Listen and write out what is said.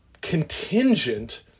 contingent